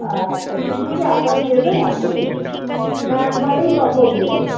আচ্ছা কিছু কি আগাম দেবেন আপনি না একবারেই তখন দেবেন